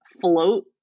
float